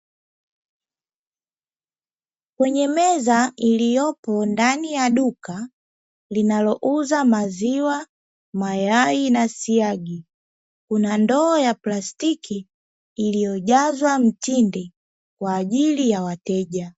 Kwenye meza iliyopo ndani ya duka linalouza maziwa, mayai na siagi. Kuna ndoo ya plastiki iliyojazwa mtindi kwa ajili ya wateja.